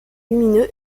lumineux